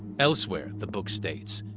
elsewhere the book states,